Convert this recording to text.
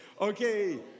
Okay